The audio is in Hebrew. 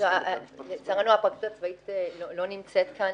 --- לצערנו הפרקליטות הצבאית לא נמצאת כאן,